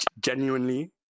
genuinely